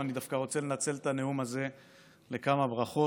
אני דווקא רוצה לנצל את הנאום הזה לכמה ברכות,